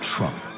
Trump